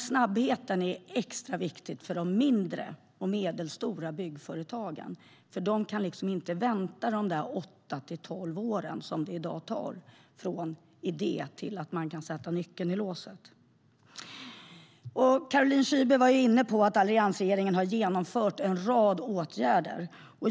Snabbheten är extra viktig för de mindre och medelstora byggföretagen. De kan inte vänta de åtta till tolv år som det i dag tar från idé till dess att man kan sätta nyckeln i låset. Caroline Szyber var inne på att alliansregeringen har genomfört en rad åtgärder.